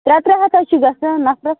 ترٛےٚ ترٛےٚ ہَتھ حظ چھِ گژھان نفرَس